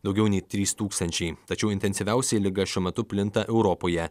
daugiau nei trys tūkstančiai tačiau intensyviausiai liga šiuo metu plinta europoje